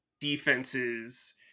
defenses